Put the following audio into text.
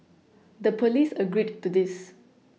the police agreed to this